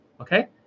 okay